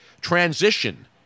transition